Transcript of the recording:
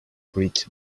great